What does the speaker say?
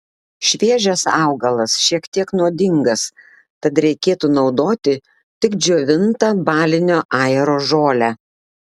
šviežias augalas šiek tiek nuodingas tad reikėtų naudoti tik džiovintą balinio ajero žolę